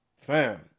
Fam